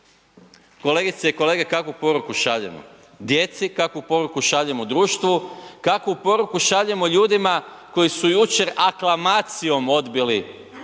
Kolegice i kolege kakvu poruku šaljemo djeci, kakvu poruku šaljemo društvu, kakvu poruku šaljemo ljudima koji su jučer aklamacijom odbili i